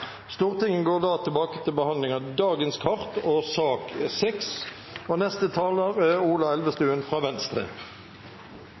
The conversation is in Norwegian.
Stortinget går da tilbake til behandling av dagens kart og sak nr. 6, og neste taler er Ola